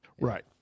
Right